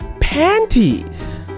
panties